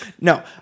No